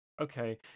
Okay